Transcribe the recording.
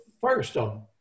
Firestone